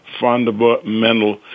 fundamental